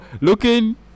looking